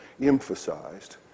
emphasized